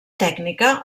tècnica